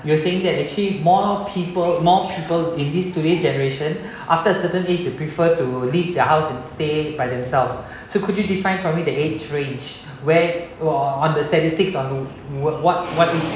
you were saying that actually more people more people in this today's generation after a certain age they prefer to leave their house and stay by themselves so could you defined probably the age range where or on the statistics on what what what